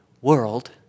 world